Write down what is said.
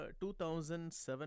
2007